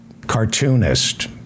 cartoonist